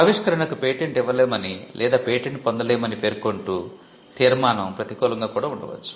ఆవిష్కరణకు పేటెంట్ ఇవ్వలేమని లేదా పేటెంట్ పొందలేమని పేర్కొంటూ తీర్మానం ప్రతికూలంగా కూడా ఉండవచ్చు